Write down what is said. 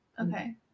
Okay